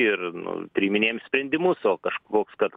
ir nu priiminėjam sprendimus o kažkoks kad